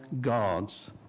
gods